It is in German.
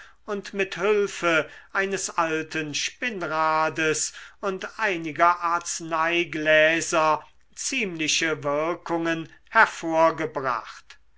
und mit hülfe eines alten spinnrades und einiger arzneigläser ziemliche wirkungen hervorgebracht